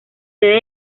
sede